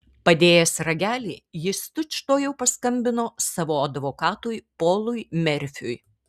padėjęs ragelį jis tučtuojau paskambino savo advokatui polui merfiui